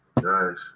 Nice